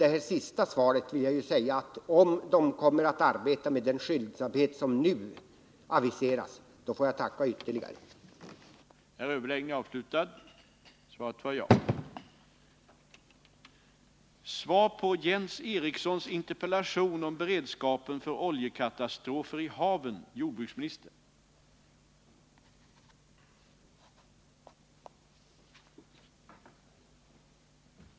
Efter det senaste svaret vill jag säga att om utredningarna Fredagen den kommer att arbeta med den skyndsamhet som nu aviseras, får jag tacka 9 maj 1980